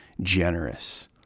generous